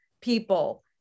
people